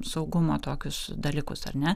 saugumo tokius dalykus ar ne